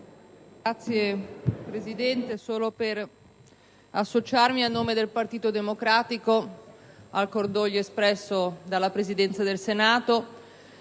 Signor Presidente, mi associo, a nome del Partito Democratico, al cordoglio espresso dalla Presidenza del Senato